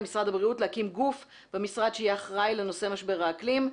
להקים גוף במשרד שיהיה אחראי לנושא משבר האקלים.